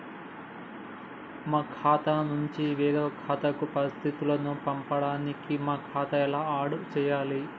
మా ఖాతా నుంచి వేరొక ఖాతాకు పరిస్థితులను పంపడానికి మా ఖాతా ఎలా ఆడ్ చేయాలి?